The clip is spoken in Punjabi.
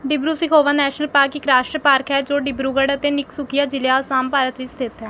ਡਿਬਰੂ ਸਿਖੋਵਾ ਨੈਸ਼ਨਲ ਪਾਰਕ ਇੱਕ ਰਾਸ਼ਟਰ ਪਾਰਕ ਹੈ ਜੋ ਡਿਬਰੂਗੜ੍ਹ ਅਤੇ ਤਿਨਸੁਕੀਆ ਜ਼ਿਲ੍ਹੇ ਅਸਾਮ ਭਾਰਤ ਵਿੱਚ ਸਥਿਤ